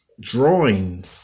Drawing